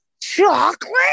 Chocolate